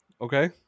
Okay